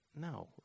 No